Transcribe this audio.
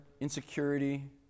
insecurity